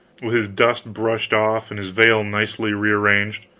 with his dust brushed off and his veil nicely re-arranged.